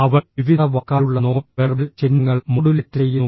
അവൾ വിവിധ വാക്കാലുള്ള നോൺ വെർബൽ ചിഹ്നങ്ങൾ മോഡുലേറ്റ് ചെയ്യുന്നു